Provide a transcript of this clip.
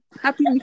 Happy